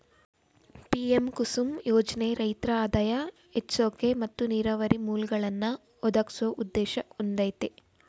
PM Kusum ಯೋಜ್ನೆ ರೈತ್ರ ಆದಾಯ ಹೆಚ್ಸೋಕೆ ಮತ್ತು ನೀರಾವರಿ ಮೂಲ್ಗಳನ್ನಾ ಒದಗ್ಸೋ ಉದ್ದೇಶ ಹೊಂದಯ್ತೆ